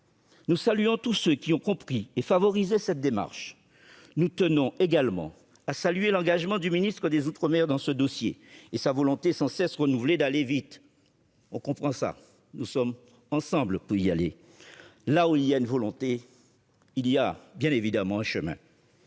Nous saluons tous ceux qui ont compris et favorisé cette démarche. Nous tenons également à saluer l'engagement du ministre des outre-mer dans ce dossier et sa volonté sans cesse renouvelée d'aller vite, qui est aussi la nôtre. « Là où il y a une volonté, il y a un chemin